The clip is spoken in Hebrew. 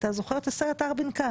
אתה זוכר את הסרט "ארבינקה"?